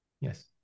Yes